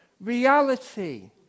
reality